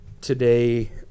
today